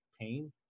pain